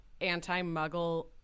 anti-muggle